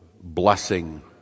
blessing